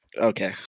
Okay